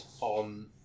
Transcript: on